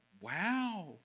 wow